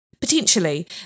potentially